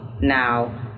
now